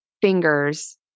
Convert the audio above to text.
fingers